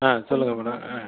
ஆ சொல்லுங்கள் மேடம் ஆ